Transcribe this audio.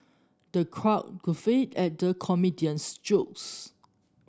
the crowd guffawed at the comedian's jokes